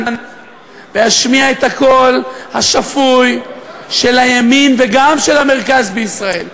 ואשמיע את הקול השפוי של הימין וגם של המרכז בישראל,